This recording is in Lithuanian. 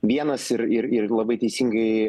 vienas ir ir ir labai teisingai